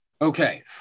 Okay